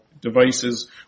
devices